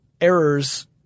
errors